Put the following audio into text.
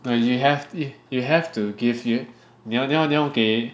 no you have you have to give you 你要你要给